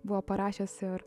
buvo parašęs ir